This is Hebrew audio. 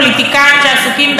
בביצור מעמדם,